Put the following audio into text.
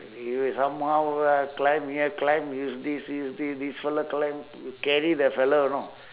he will somehow uh climb here climb use this use thi~ this fellow climb p~ carry the fellow you know